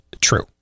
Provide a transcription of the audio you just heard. true